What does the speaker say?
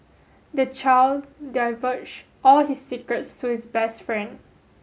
the child divulged all his secrets to his best friend